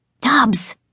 Dubs